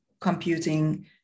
computing